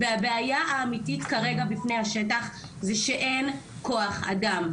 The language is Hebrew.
הבעיה האמיתית כרגע לפני השטח שאין כוח אדם.